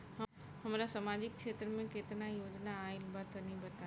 हमरा समाजिक क्षेत्र में केतना योजना आइल बा तनि बताईं?